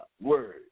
word